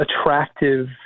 attractive